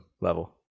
level